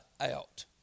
out